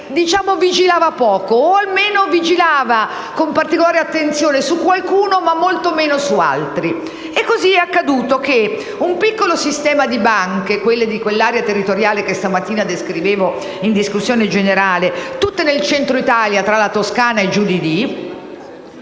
vigilava poco o, almeno, vigilava con particolare attenzione su qualcuno ma molto meno su altri. Così è accaduto che un piccolo sistema di banche, quelle di quell'area territoriale che questa mattina descrivevo in discussione generale, tutte situate nel Centro Italia, tra la Toscana e dintorni,